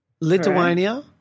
Lithuania